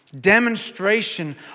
demonstration